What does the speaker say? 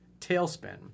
tailspin